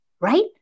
Right